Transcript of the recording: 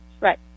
right